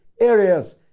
areas